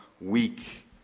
weak